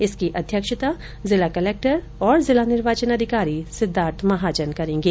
इसकी अध्यक्षता जिला कलक्टर और जिला निर्वाचन अधिकारी सिद्वार्थ महाजन करेंगे